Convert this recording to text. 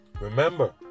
Remember